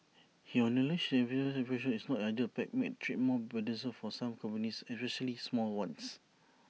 he acknowledged this piecemeal approach is not ideal pacts make trade more burdensome for some companies especially small ones